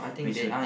which would